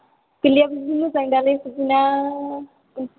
गोरलैयाबो जि मोजां दालै फुजिना